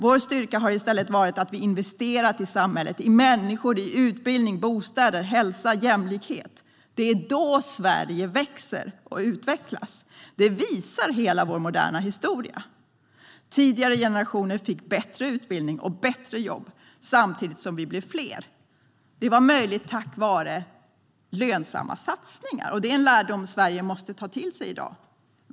Vår styrka har i stället varit att vi har investerat i samhället - i människor, utbildning, bostäder, hälsa och jämlikhet. Det är då Sverige utvecklas och växer. Det visar hela vår moderna historia. Tidigare generationer fick bättre utbildning och bättre jobb samtidigt som vi blev fler. Det var möjligt tack vare lönsamma satsningar. Det är en lärdom som Sverige måste ta till sig i dag.